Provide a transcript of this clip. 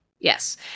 yes